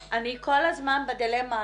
אני כל הזמן בדילמה,